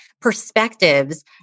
perspectives